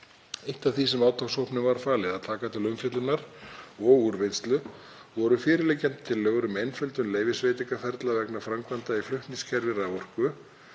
Eitt af því sem átakshópnum var falið að taka til umfjöllunar og úrvinnslu voru fyrirliggjandi tillögur um einföldun leyfisveitingaferla vegna framkvæmda í flutningskerfi raforku,